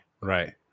right